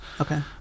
okay